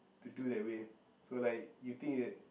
to do that way so like you think that